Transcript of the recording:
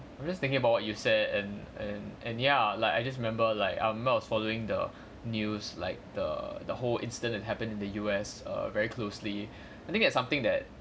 I'm just thinking about what you said and and and ya like I just remember like I was following the news like the the whole incident happened in the U_S err very closely I think there's something that